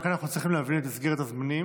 רק אנחנו צריכים להבין את מסגרת הזמנים,